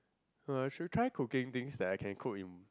uh should trying cooking things that I can cook in